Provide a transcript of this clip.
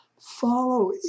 follow